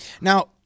Now